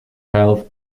health